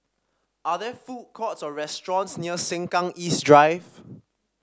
are there food courts or restaurants near Sengkang East Drive